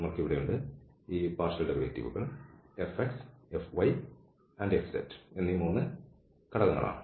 നമ്മൾക്ക് ഇവിടെയുണ്ട് ഈ ഭാഗിക ഡെറിവേറ്റീവുകൾ fx fy and fzഎന്നീ 3 ഘടകങ്ങളാണ്